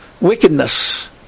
Wickedness